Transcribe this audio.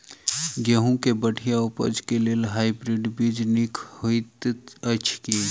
गेंहूँ केँ बढ़िया उपज केँ लेल हाइब्रिड बीज नीक हएत अछि की?